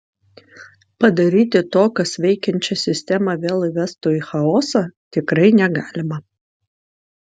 padaryti to kas veikiančią sistemą vėl įvestų į chaosą tikrai negalima